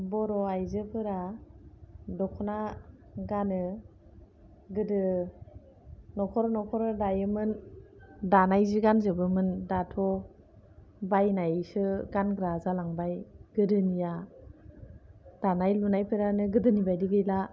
बर' आयजोफोरा दख'ना गानो गोदो न'खर न'खर दायोमोन दानाय जि गानजोबो मोन दाथ' बायनायसो गानग्रा जालांबाय गोदोनिया दानाय लुनायफोरानो गोदोनि बायदि गैला